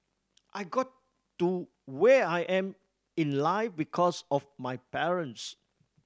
I got to where I am in life because of my parents